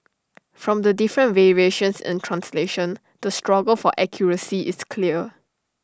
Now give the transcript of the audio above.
from the different variations in translation the struggle for accuracy is clear